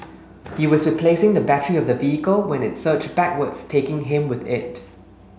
he was replacing the battery of the vehicle when it surged backwards taking him with it